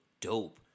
dope